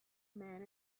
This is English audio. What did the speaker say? man